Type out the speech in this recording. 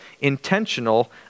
intentional